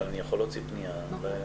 ------ אני יכול להוציא פניה לשר.